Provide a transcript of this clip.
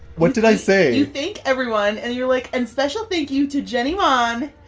what did i say? you thank everyone. and you're like, and special thank you to jenny wan,